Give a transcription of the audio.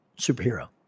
superhero